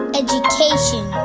education